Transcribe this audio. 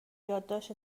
یادداشت